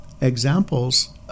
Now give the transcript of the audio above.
examples